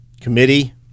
Committee